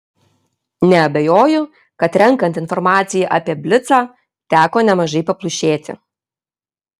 neabejoju kad renkant informaciją apie blicą teko nemažai paplušėti